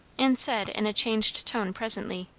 and said in a changed tone presently,